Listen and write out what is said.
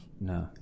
no